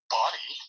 body